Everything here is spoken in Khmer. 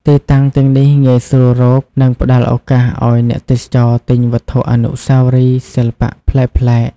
ទីតាំងទាំងនេះងាយស្រួលរក និងផ្តល់ឱកាសឲ្យអ្នកទេសចរទិញវត្ថុអនុស្សាវរីយ៍សិល្បៈប្លែកៗ។